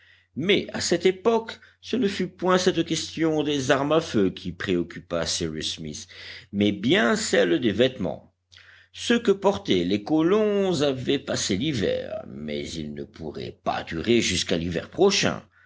mais à cette époque ce ne fut point cette question des armes à feu qui préoccupa cyrus smith mais bien celle des vêtements ceux que portaient les colons avaient passé l'hiver mais ils ne pourraient pas durer jusqu'à l'hiver prochain